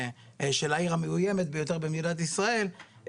של העיר המאוימת ביותר במדינת ישראל,